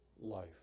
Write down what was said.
life